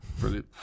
Brilliant